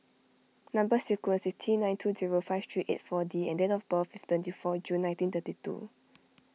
Number Sequence is T nine two zero five three eight four D and date of birth is twenty four June nineteen thirty two